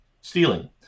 stealing